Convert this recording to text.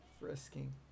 frisking